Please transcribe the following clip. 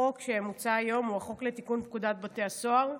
החוק שמוצע היום הוא חוק לתיקון פקודת בתי הסוהר.